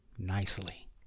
Nicely